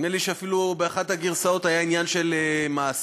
נדמה לי שאפילו באחת הגרסאות היה עניין של מאסר,